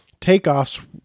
Takeoffs